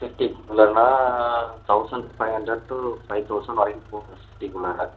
சிட்டிக்குள்ளேன்னா thousand five hundred to five thousand வரைக்கும் போகுது சிட்டிக்குள்ளார